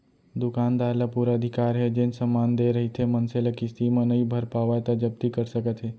दुकानदार ल पुरा अधिकार हे जेन समान देय रहिथे मनसे ल किस्ती म नइ भर पावय त जब्ती कर सकत हे